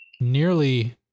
nearly